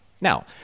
Now